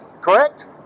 Correct